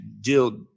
deal